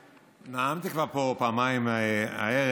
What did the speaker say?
נאמתי פה כבר פעמיים הערב,